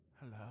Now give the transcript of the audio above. Hello